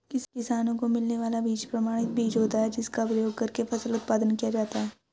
किसानों को मिलने वाला बीज प्रमाणित बीज होता है जिसका प्रयोग करके फसल उत्पादन किया जाता है